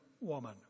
woman